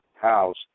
house